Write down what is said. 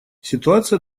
ситуация